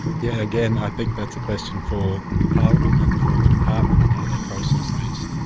yeah again i think that's a question for the parliament and for the department on how they process these.